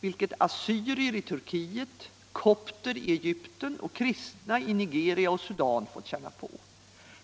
vilket assyrier i Turkiet, kopter i Egypten och kristna i Nigeria och Sudan fått känna på.